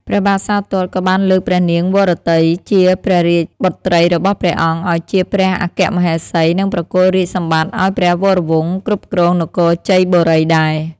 ព្រះបាទសោទត្តក៏បានលើកព្រះនាងវរវតី ជាព្រះរាជបុត្រីរបស់ព្រះអង្គឱ្យជាព្រះអគ្គមហេសី និងប្រគល់រាជសម្បត្តិឱ្យព្រះវរវង្សគ្រប់គ្រងនគរជ័យបូរីដែរ។